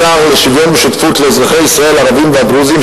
לשוויון ושותפות לאזרחי ישראל הערבים והדרוזים,